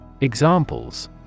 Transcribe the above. Examples